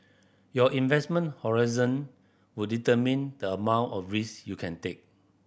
your investment horizon would determine the amount of risk you can take